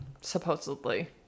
supposedly